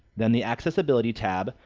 then the accessibility tab,